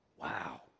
Wow